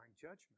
judgment